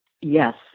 yes